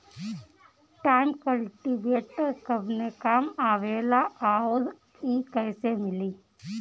Tine cultivator कवने काम आवेला आउर इ कैसे मिली?